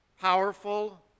powerful